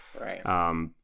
right